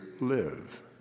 live